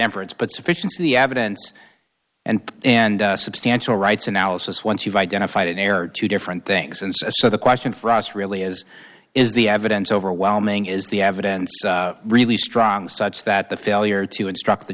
inference but sufficiency of the evidence and and substantial rights analysis once you've identified an error two different things and so the question for us really is is the evidence overwhelming is the evidence really strong such that the failure to instruct the